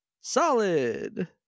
solid